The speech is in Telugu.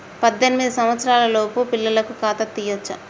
పద్దెనిమిది సంవత్సరాలలోపు పిల్లలకు ఖాతా తీయచ్చా?